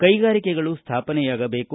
ಕೈಗಾರಿಕೆಗಳು ಸ್ಥಾಪನೆಯಾಗಬೇಕು